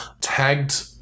tagged